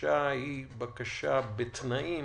היא בקשה בתנאים